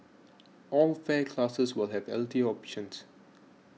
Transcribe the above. all fare classes will have healthier options